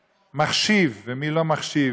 שמחשיב, ומי לא מחשיב,